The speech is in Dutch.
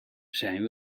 zijn